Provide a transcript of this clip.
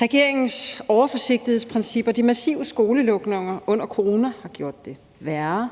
Regeringens overforsigtighedsprincipper og de massive skolelukninger under corona har gjort det værre.